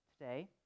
today